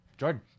Jordan